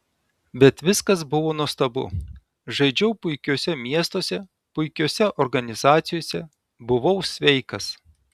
bet viskas buvo nuostabu žaidžiau puikiuose miestuose puikiose organizacijose buvau sveikas